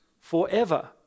forever